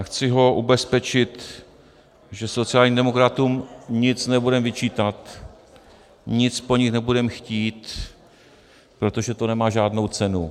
Chci ho ubezpečit, že sociálním demokratům nic nebudeme vyčítat, nic po nich nebudeme chtít, protože to nemá žádnou cenu.